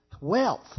wealth